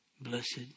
Blessed